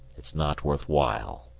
it's not worth while.